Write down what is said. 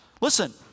Listen